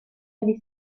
agli